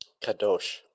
Kadosh